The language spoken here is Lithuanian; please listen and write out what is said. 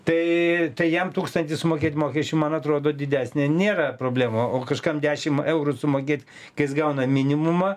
tai tai jam tūkstantį sumokėt mokesčių man atrodo didesnė nėra problema o kažkam dešim eurų sumokėt kai jis gauna minimumą